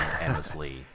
endlessly